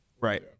Right